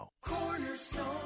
Cornerstone